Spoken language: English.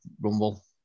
Rumble